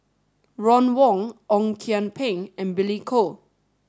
Ron Wong Ong Kian Peng and Billy Koh